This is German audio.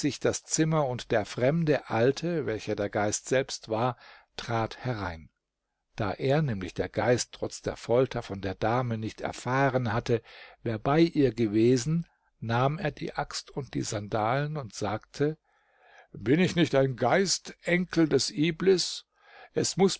das zimmer und der fremde alte welcher der geist selbst war trat herein da er nämlich der geist trotz der folter von der dame nicht erfahren hatte wer bei ihr gewesen nahm er die axt und die sandalen und sagte bin ich nicht ein geist enkel des iblis iblis ist